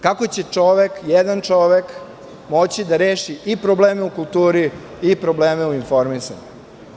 Kako će jedan čovek moći da reši i probleme u kulturi i probleme u informisanju?